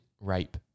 rape